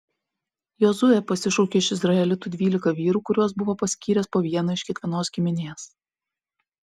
jozuė pasišaukė iš izraelitų dvylika vyrų kuriuos buvo paskyręs po vieną iš kiekvienos giminės